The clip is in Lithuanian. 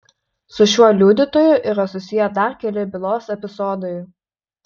su šiuo liudytoju yra susiję dar keli bylos epizodai